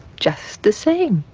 just the same.